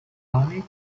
ionic